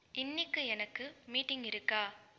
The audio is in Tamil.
இன்னைக்கு எனக்கு மீட்டிங் இருக்கா